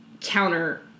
counter